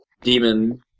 demon